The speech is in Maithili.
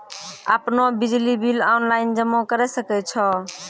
आपनौ बिजली बिल ऑनलाइन जमा करै सकै छौ?